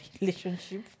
relationship